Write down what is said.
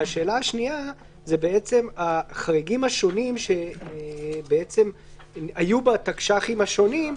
והשאלה השנייה זה החריגים השונים שבעצם היו בתקש"חים השונים.